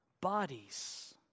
bodies